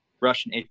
Russian